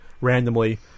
randomly